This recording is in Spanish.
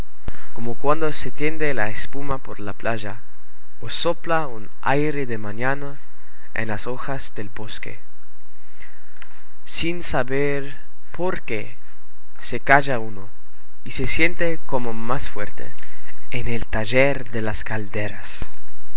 como cuando se tiende la espuma por la playa o sopla un aire de mañana en las hojas del bosque sin saber por qué se calla uno y se siente como más fuerte en el taller de las calderas